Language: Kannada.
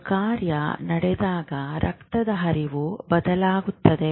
ಒಂದು ಕಾರ್ಯ ನಡೆದಾಗ ರಕ್ತದ ಹರಿವು ಬದಲಾಗುತ್ತದೆ